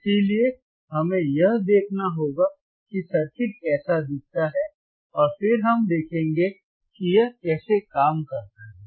इसलिए हमें यह देखना होगा कि सर्किट कैसा दिखता है और फिर हम देखेंगे कि यह कैसे काम करता है